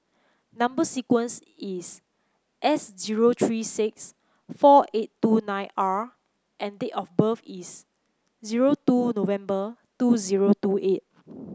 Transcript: number sequence is S zero three six four eight two nine R and date of birth is zero two November two zero two eight